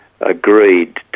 agreed